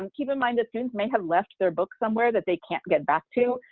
um keep in mind that students may have left their book somewhere that they can't get back to.